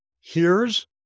hears